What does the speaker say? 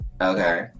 Okay